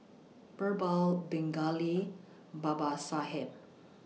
Birbal Pingali Babasaheb